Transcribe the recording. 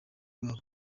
babo